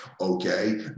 Okay